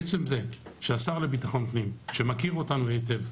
עצם זה שהשר לביטחון פנים, שמכיר אותנו היטב,